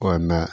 ओइमे